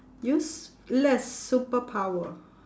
useless superpower